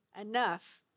enough